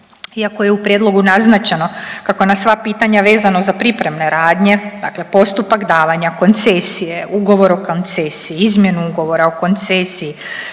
Iako je u prijedlogu naznačeno kako na sva pitanja vezano za pripremne radnje, dakle postupak davanja koncesije, ugovor o koncesiji, izmjenu ugovora o koncesiji,